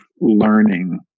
learning